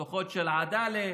הדוחות של עדאלה,